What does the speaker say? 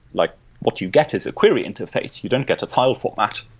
like what you get is a query interface, you don't get a file format.